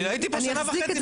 אני ראיתי פה שנה וחצי,